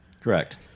Correct